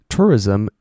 Tourism